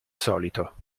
solito